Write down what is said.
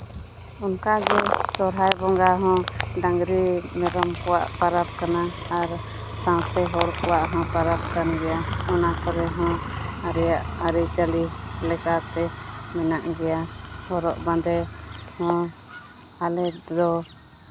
ᱚᱱᱠᱟᱜᱮ ᱥᱚᱦᱚᱨᱟᱭ ᱵᱚᱸᱜᱟ ᱦᱚᱸ ᱰᱟᱝᱨᱤ ᱢᱮᱨᱚᱢ ᱠᱚᱣᱟᱜ ᱯᱟᱨᱚᱵᱽ ᱠᱟᱱᱟ ᱟᱨ ᱥᱟᱶᱛᱮ ᱦᱚᱲ ᱠᱚᱣᱟᱜ ᱦᱚᱸ ᱯᱟᱨᱚᱵᱽ ᱠᱟᱱ ᱜᱮᱭᱟ ᱚᱱᱟ ᱠᱚᱨᱮ ᱦᱚᱸ ᱢᱟᱨᱮᱭᱟᱜ ᱟᱹᱨᱤᱪᱟᱹᱞᱤ ᱞᱮᱠᱟᱛᱮ ᱢᱮᱱᱟᱜ ᱜᱮᱭᱟ ᱦᱚᱨᱚᱜ ᱵᱟᱸᱫᱮ ᱦᱚᱸ ᱟᱞᱮ ᱫᱚ